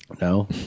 No